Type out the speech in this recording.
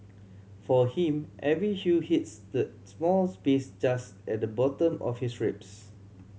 for him every hue hits that small space just at the bottom of his ribs